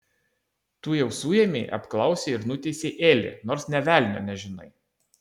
tu jau suėmei apklausei ir nuteisei elį nors nė velnio nežinai